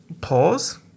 pause